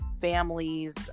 families